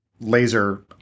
laser